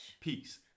peace